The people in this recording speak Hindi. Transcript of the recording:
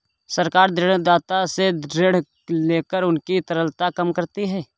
सरकार ऋणदाता से ऋण लेकर उनकी तरलता कम करती है